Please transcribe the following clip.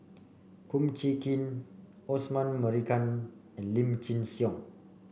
Kum Chee Kin Osman Merican and Lim Chin Siong